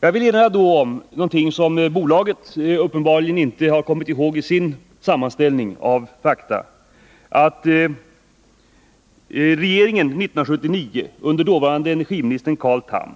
Jag vill erinra om något som bolaget uppenbarligen inte har kommit ihåg i sin sammanställning av fakta, nämligen att regeringen år 1979 under dåvarande energiministern Carl Tham